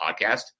podcast